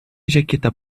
jaqueta